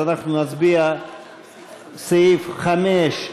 אנחנו נצביע בקריאה שנייה על סעיפים 5,